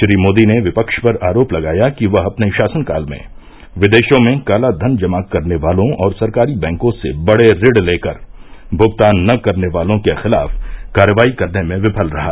श्री मोदी ने विपक्ष पर आरोप लगाया कि वह अपने शासनकाल में विदेशों में काला धन जमा करने वालों और सरकारी बैंकों से बड़े ऋण लेकर भुगतान न करने वालों के खिलाफ कार्रवाई करने में विफल रहा